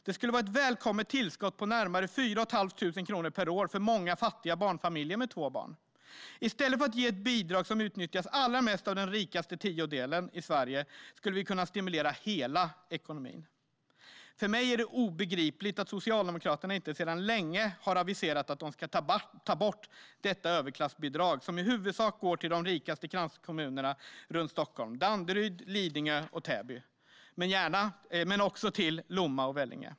Det skulle innebära ett välkommet tillskott på närmare 4 500 kronor per år för många fattiga barnfamiljer med två barn. I stället för att ge ett bidrag som utnyttjas allra mest av den rikaste tiondelen i Sverige skulle vi kunna stimulera hela ekonomin. För mig är det obegripligt att Socialdemokraterna inte för länge sedan har aviserat att man ska ta bort detta överklassbidrag, som i huvudsak går till de rikaste kranskommunerna runt Stockholm - Danderyd, Lidingö och Täby - men också till Lomma och Vellinge.